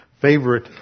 favorite